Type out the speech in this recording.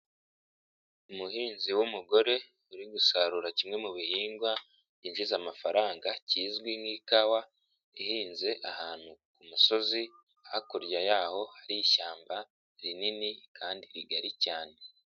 Umuhinzi w'umugore uri gusarura kimwe mu bihingwa byinjiza amafaranga kizwi nk'ikawa ihinze ahantu ku musozi, hakurya y'aho hari ishyamba rinini kandi rigari cyane.